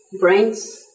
brains